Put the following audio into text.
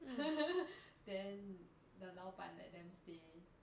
then the 老板 let them stay